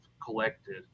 collected